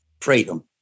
freedom